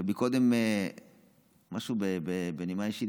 משהו בנימה אישית.